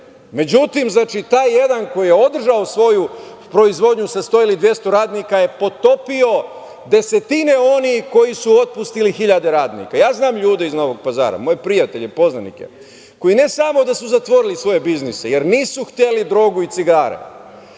Međutim, taj jedan koji je održao svoju proizvodnju sa sto ili dvesta radnika je potopio desetine onih koji su otpustili hiljade radnika. Ja znam ljude iz Novog Pazara, moje prijatelje, poznanike, koji ne samo da su zatvorili svoje biznise jer nisu hteli drogu i cigare